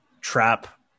trap